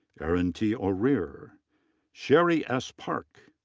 erin t. orear. shery s. park.